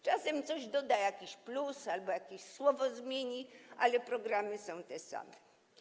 Czasem coś doda, jakiś plus, albo jakieś słowo zmieni, ale programy są te same.